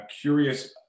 curious